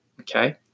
okay